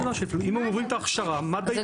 אם הם עוברים את ההכשרה מד"א ייתן להם.